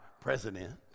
president